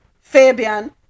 Fabian